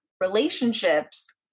relationships